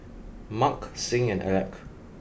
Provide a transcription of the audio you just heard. Marc Sing and Alec